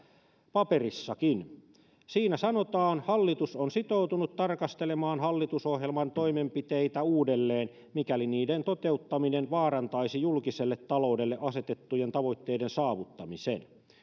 paperissakin siinä sanotaan hallitus on sitoutunut tarkastelemaan hallitusohjelman toimenpiteitä uudelleen mikäli niiden toteuttaminen vaarantaisi julkiselle taloudelle asetettujen tavoitteiden saavuttamisen